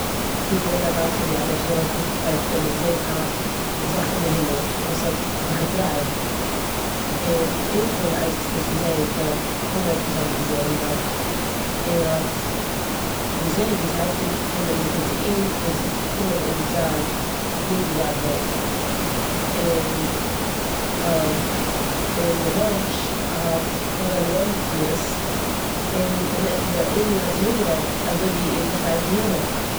ס'איז געווען א מעשה ווי א מענטש האט ארויסגעקוקט פון פענסטער און געזען א זאך אין די הימל וואס האט זיך געדרייט און ער איז נישט געווען די איינציגסטע עס צו זען, ס'איז געווען אפאר מענטשן וואס האבן עס געזען, באט ער האט געזען ווי ס'הייבט אן קומען נאנטער צו אים און ס'געקומען אין זיין- נעבן זיין הויז. און און די מענטש האט אנגעהויבן רעדן צו עס און די מ- די עליען האט צוריקגערעדט אזויווי ער פארשטייט געהעריג.